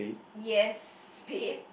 yes spade